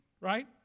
right